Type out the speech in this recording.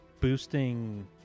boosting